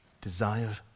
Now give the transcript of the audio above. desire